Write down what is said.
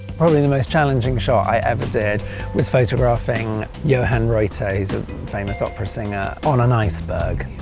probably the most challenging shot i ever did was photographing johan reuter he is a famous opera singer on an iceberg.